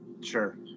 Sure